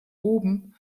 oben